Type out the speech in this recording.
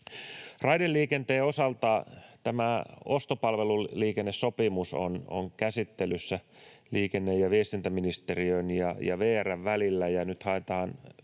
Raideliikenteen osalta tämä ostopalveluliikennesopimus on käsittelyssä liikenne- ja viestintäministeriön ja VR:n välillä,